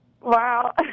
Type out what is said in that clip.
Wow